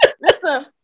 Listen